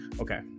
Okay